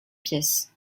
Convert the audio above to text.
pièces